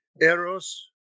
Eros